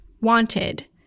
Wanted